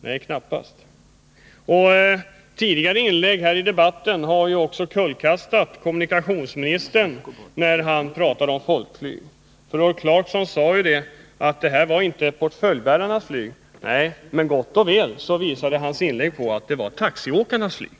Nej, knappast. Tidigare inlägg här i debatten har också vederlagt kommunikationsministerns tal om folkflyg. Rolf Clarkson sade visserligen att det inte var fråga om portföljbärarnas flyg, men hans inlägg visade ändå klart att det var fråga om taxiåkarnas